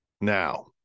Now